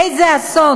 איזה אסון.